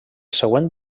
següent